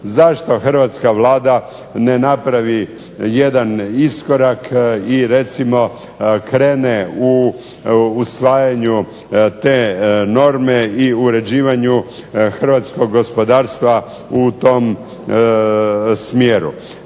Zašto hrvatska Vlada ne napravi jedan iskorak i recimo krene u usvajanju te norme i uređivanju hrvatskog gospodarstva u tom smjeru.